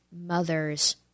mother's